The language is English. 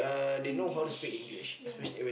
English yeah